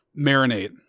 marinate